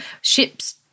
Ships